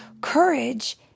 courage